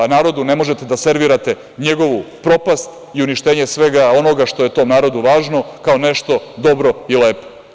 Narodu ne možete da servirate njegovu propast i uništenje svega onoga što je tom narodu važno kao nešto dobro i lepo.